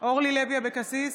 אורלי לוי אבקסיס,